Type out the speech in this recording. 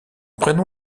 prénom